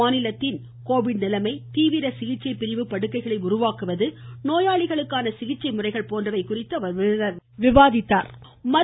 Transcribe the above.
மாநிலத்தின் கோவிட் நிலைமை தீவிர சிகிச்சை பிரிவு படுக்கைகளை உருவாக்குவது நோயாளிகளுக்கான சிகிச்சை முறைகள் போன்றவை குறித்து அவர் விவாதித்தார்